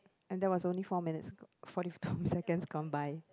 and that was only four minutes forty seconds gone by